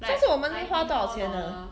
上次我们花多少钱 ah